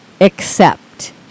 accept